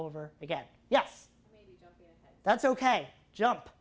over again yes that's ok jump